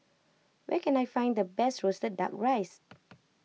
where can I find the best Roasted Duck Rice